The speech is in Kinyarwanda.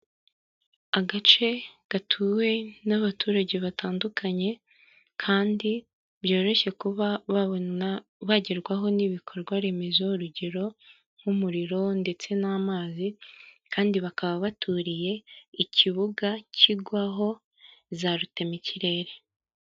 Agace gatuwe n'abaturage batandukanye kandi byoroshye kuba babona bagerwaho n'ibikorwa remezo urugero nk' umuriro ndetse n'amazi, kandi bakaba baturiye ikibuga kigwaho za rutema ikirere.